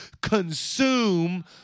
consume